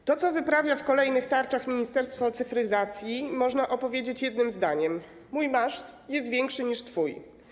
O tym, co wyprawia w kolejnych tarczach Ministerstwo Cyfryzacji, można opowiedzieć jednym zdaniem: mój maszt jest większy niż twój.